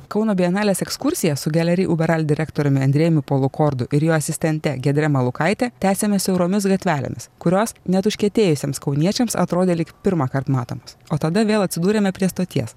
kauno bienalės ekskursija su gelery ubaral direktoriumi andrėjumi polukordu ir jo asistente giedre malūkaite tęsiame siauromis gatvelėmis kurios net užkietėjusiems kauniečiams atrodė lyg pirmąkart matomos o tada vėl atsidūrėme prie stoties